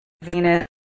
Venus